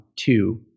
two